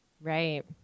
right